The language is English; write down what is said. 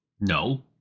No